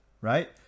right